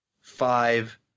five